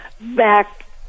back